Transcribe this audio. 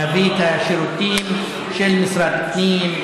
להביא את השירותים של משרד הפנים,